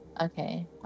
Okay